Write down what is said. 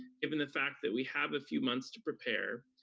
given the fact that we have a few months to prepare,